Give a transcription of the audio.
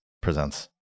presents